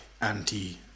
anti